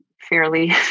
fairly